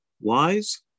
wise